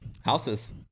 houses